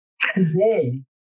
Today